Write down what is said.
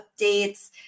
updates